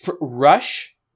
Rush